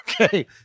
Okay